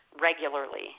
regularly